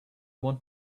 want